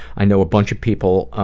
i know a bunch of people